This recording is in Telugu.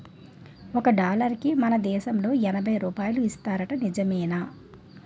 ఒక డాలరుకి మన దేశంలో ఎనబై రూపాయలు ఇస్తారట నిజమేనా